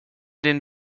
den